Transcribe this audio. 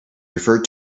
referred